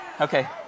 okay